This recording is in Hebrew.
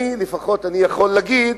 לפחות אני יכול להגיד